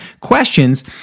questions